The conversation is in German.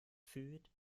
fühlt